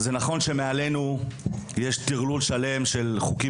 זה נכון שמעלינו ומתחתינו יש טרלול שלם של חוקים